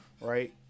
right